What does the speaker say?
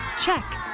Check